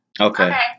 Okay